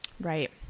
Right